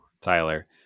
Tyler